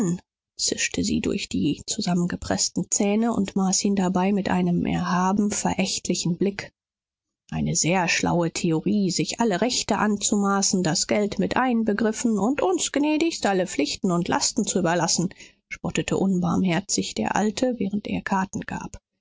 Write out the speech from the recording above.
zischte sie durch die zusammengepreßten zähne und maß ihn dabei mit einem erhaben verächtlichen blick eine sehr schlaue theorie sich alle rechte anzumaßen das geld mit einbegriffen und uns gnädigst alle pflichten und lasten zu überlassen spottete unbarmherzig der alte während er karten gab